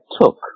took